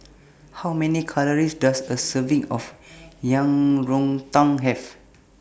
How Many Calories Does A Serving of Yang Rou Tang Have